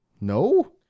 no